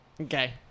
Okay